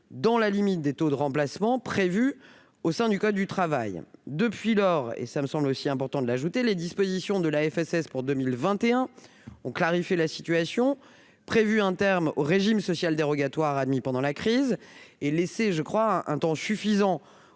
dans la limite des taux de remplacement prévus au sein du code du travail. Depuis lors, les dispositions de la LFSS pour 2021 ont clarifié la situation, prévu un terme au régime social dérogatoire admis pendant la crise et laissé un temps suffisant